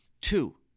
Two